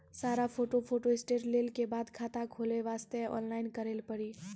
सारा photo photostat लेल के बाद खाता खोले वास्ते ऑनलाइन करिल पड़ी?